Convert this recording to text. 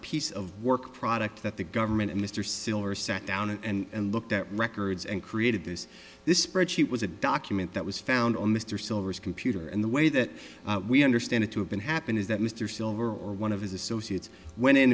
piece of work product that the government and mr sillars sat down and looked at records and created this this spreadsheet was a document that was found on mr sill risk computer and the way that we understand it to have been happen is that mr silver or one of his associates went in